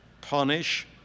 punish